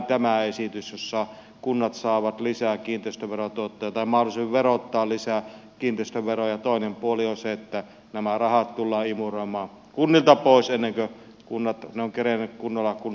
tämä esitys jossa kunnat saavat mahdollisuuden verottaa lisää kiinteistöveroja on vain kolikon yksi puoli ja toinen puoli on se että nämä rahat tullaan imuroimaan kunnilta pois emmekä kunnat mantereelle kunnolla kun